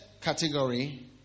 category